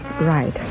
right